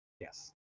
Yes